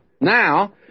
Now